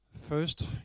First